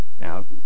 Now